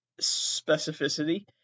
specificity